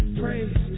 praise